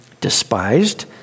despised